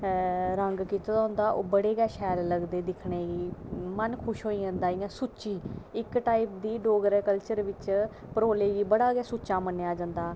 रंग कीते दा होंदा ओह् बड़े गै शैल लगदे दिक्खनै ई मन खुश होई जंदा इंया सुच्ची इंयाै डोगरा कल्चर च बड़ा गै सुच्चा मन्नेआ जंदा